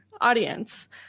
audience